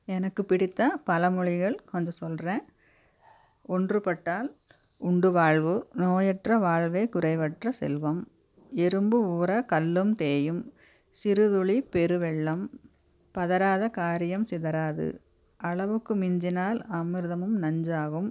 எனக்கு பிடித்த பழமொழிகள் கொஞ்சம் சொல்கிறன் ஒன்றுபட்டால் உண்டு வாழ்வு நோயற்ற வாழ்வே குறைவற்ற செல்வம் எறும்பு ஊற கல்லும் தேயும் சிறு துளி பெரு வெள்ளம் பதறாத காரியம் சிதறாது அளவுக்கு மிஞ்சினால் அமிர்தமும் நஞ்சாகும்